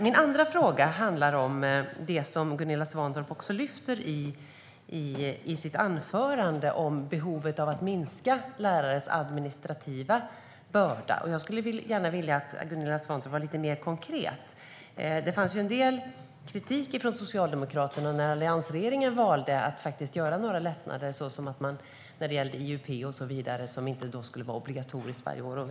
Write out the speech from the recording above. Min andra fråga handlar om det som Gunilla Svantorp lyfter i sitt anförande. Det gäller behovet av att minska lärares administrativa börda. Jag skulle gärna vilja att Gunilla Svantorp var lite mer konkret. Det kom ju en del kritik från Socialdemokraterna när alliansregeringen valde att göra några lättnader, till exempel att det inte skulle vara obligatoriskt med IUP varje år.